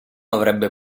avrebbe